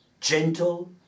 gentle